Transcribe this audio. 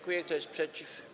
Kto jest przeciw?